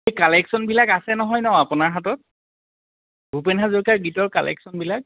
এই কালেকশ্যনবিলাক আছে নহয় ন আপোনাৰ হাতত ভূপেন হাজৰিকাৰ গীতৰ কালেকশ্যনবিলাক